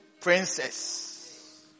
princess